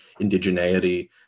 indigeneity